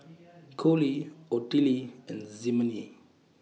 Collie Ottilie and Ximena